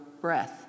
breath